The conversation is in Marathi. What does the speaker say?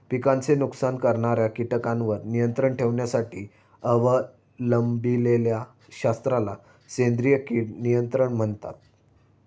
पिकांचे नुकसान करणाऱ्या कीटकांवर नियंत्रण ठेवण्यासाठी अवलंबिलेल्या शास्त्राला सेंद्रिय कीड नियंत्रण म्हणतात